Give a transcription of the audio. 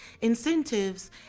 incentives